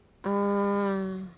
ah